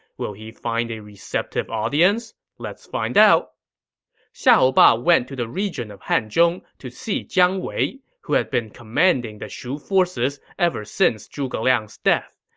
will he find a receptive audience? let's find out xiahou ba went to the region of hanzhong to see jiang wei, who had been commanding the shu forces since zhuge liang's death.